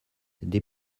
des